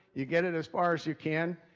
you get it as far as you can,